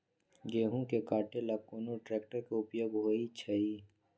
गेंहू के कटे ला कोंन ट्रेक्टर के उपयोग होइ छई?